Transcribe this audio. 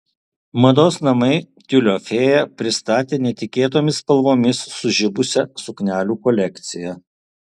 mados namai tiulio fėja pristatė netikėtomis spalvomis sužibusią suknelių kolekciją